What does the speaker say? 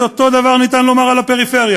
את אותו דבר ניתן לומר על הפריפריה.